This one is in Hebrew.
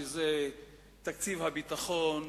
שזה תקציב הביטחון,